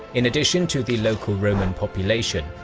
in addition to the local roman population,